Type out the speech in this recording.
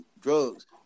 drugs